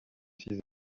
six